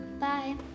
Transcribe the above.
Bye